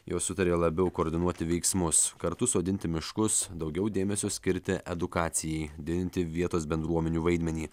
jos sutarė labiau koordinuoti veiksmus kartu sodinti miškus daugiau dėmesio skirti edukacijai didinti vietos bendruomenių vaidmenį